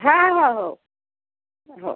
हा हो हो हो